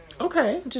Okay